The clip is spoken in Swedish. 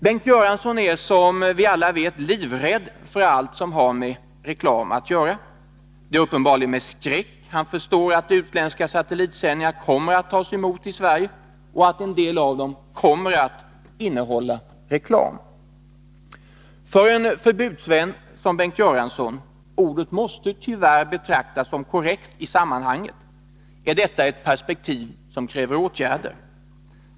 Bengt Göransson är som vi alla vet livrädd för allt som har med reklam att göra. Det är uppenbarligen så, att han känner skräck när han förstår att utländska satellitsändningar kommer att tas emot i Sverige och att en del av dem kommer att innehålla reklam. För en förbudsvän som Bengt Göransson — ordet måste tyvärr betraktas som korrekt i sammanhanget — är detta ett perspektiv som kräver åtgärder.